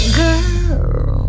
girl